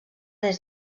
des